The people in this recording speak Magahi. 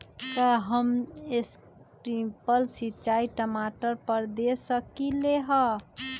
का हम स्प्रिंकल सिंचाई टमाटर पर दे सकली ह?